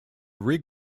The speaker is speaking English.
rig